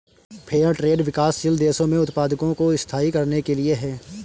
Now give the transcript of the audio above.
fair trade विकासशील देशों में उत्पादकों को स्थायी करने के लिए है